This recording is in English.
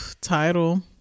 title